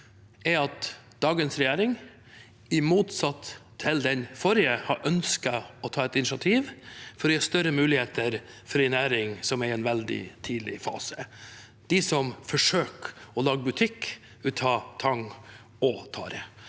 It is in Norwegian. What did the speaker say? er at dagens regjering – i motsetning til den forrige – har ønsket å ta et initiativ for å gi større muligheter til en næring som er i en veldig tidlig fase, nemlig dem som forsøker å lage butikk av tang og tare.